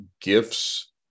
gifts